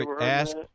ask